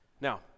now